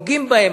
פוגעים בהן,